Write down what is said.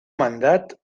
mandat